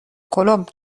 کلمب